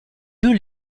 deux